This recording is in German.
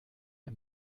ein